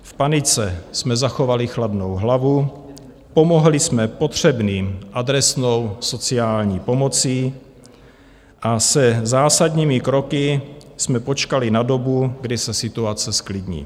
V panice jsme zachovali chladnou hlavu, pomohli jsme potřebným adresnou sociální pomocí a se zásadními kroky jsme počkali na dobu, kdy se situace zklidní.